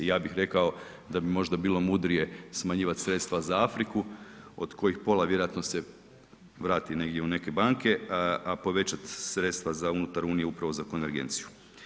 Ja bih rekao da bi možda bilo mudrije smanjivat sredstva za Afriku od kojih pola vjerojatno se vrati negdje u neke banke, a povećat sredstva za unutar Unije upravo za konvergenciju.